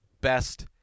Best